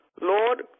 Lord